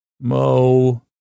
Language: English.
Mo